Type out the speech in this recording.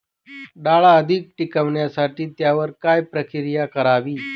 डाळ अधिक टिकवण्यासाठी त्यावर काय प्रक्रिया करावी?